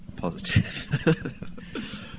positive